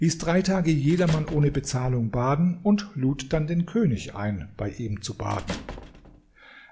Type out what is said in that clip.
ließ drei tage jedermann ohne bezahlung baden und lud dann den könig ein bei ihm zu baden